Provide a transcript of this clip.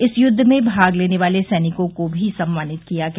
इस युद्ध में भाग लेने वाले सैनिकों को भी सम्मानित किया गया